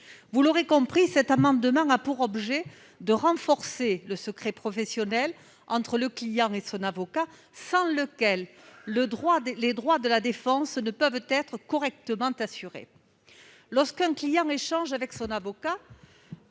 Vous l'aurez compris, mes chers collègues, il s'agit de renforcer le secret professionnel entre le client et son avocat, sans lequel les droits de la défense ne peuvent être correctement assurés. Lorsqu'un client échange avec son avocat,